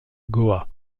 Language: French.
goa